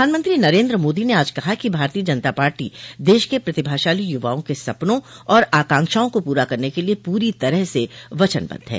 प्रधानमंत्री नरेन्द्र मोदी ने आज कहा कि भारतीय जनता पार्टी देश के प्रतिभाशाली युवाओं के सपनों और आकांक्षाओं को पूरा करने के लिए पूरी तरह से वचनबद्ध है